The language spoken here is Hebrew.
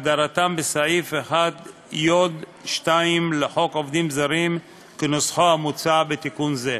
כהגדרתם בסעיף 1י2 לחוק עובדים זרים כנוסחו המוצע בתיקון זה.